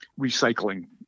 recycling